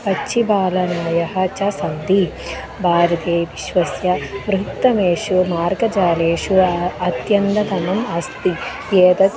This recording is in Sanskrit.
पक्षिबालानयः च सन्ति भारते विश्वस्य बृहत्तमेषु मार्गजालेषु अत्यन्तम् अस्ति एतत्